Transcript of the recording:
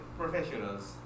professionals